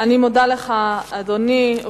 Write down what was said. אני מודה לך, אדוני.